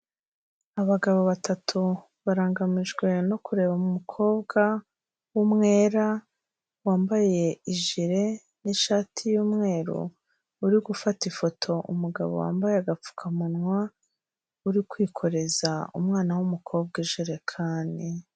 Abagabo batatu barangamijwe no kureba umukobwa w'umwera wambaye ijire n'ishati y'umweru, uri gufata ifoto umugabo wambaye agapfukamunwa uri kwikoreza umwana w'umukobwa ijerekani.